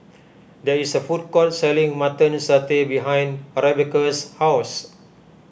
there is a food court selling Mutton Satay behind Rebecca's house